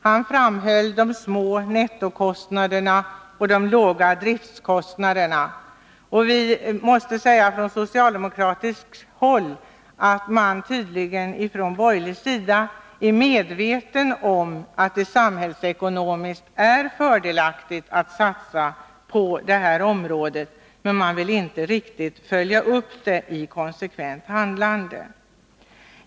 Han framhöll de små nettokostnaderna och de låga driftkostnaderna. På den borgerliga sidan är man tydligen medveten om att det samhällsekonomiskt är fördelaktigt att satsa på detta område, men man vill inte riktigt följa upp det i konsekvent handlande.